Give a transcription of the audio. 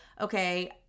okay